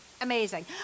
amazing